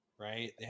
Right